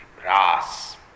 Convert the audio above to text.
grass